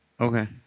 Okay